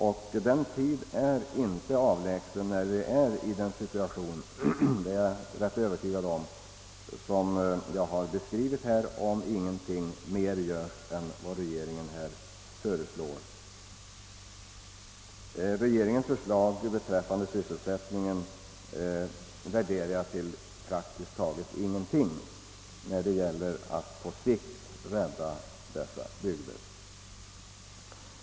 Och den tid är inte avlägsen när vi kommer att befinna oss i den situation — det är jag övertygad om — som jag har beskrivit här, såvida ingenting mera görs än vad regeringen föreslår. Regeringens förslag beträffande sysselsättningen värderar jag till praktiskt taget ingenting när det gäller att på sikt rädda dessa bygder.